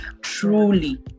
truly